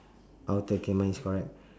outer K mine is correct